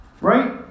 Right